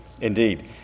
Indeed